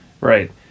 Right